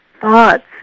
thoughts